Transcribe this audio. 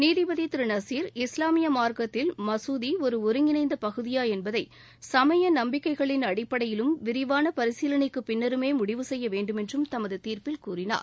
நீதிபதி திரு நசீர் இஸ்லாமிய மார்க்கத்தில் மசூதி ஒரு ஒருங்கிணைந்த பகுதியா என்பதை சமய நம்பிக்கைகளின் அடிப்படையிலும் விரிவான பரிசீலினைக்கு பின்னருமே முடிவு செய்ய வேண்டுமென்று தமது தீர்ப்பில் கூறினார்